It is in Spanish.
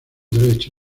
derecho